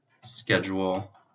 schedule